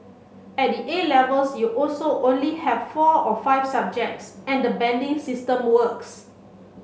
at the A Levels you also only have four or five subjects and the banding system works